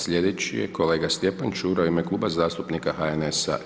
Sljedeći je kolega Stjepan Čuraj u ime Kluba zastupnika HNS-a.